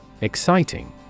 Exciting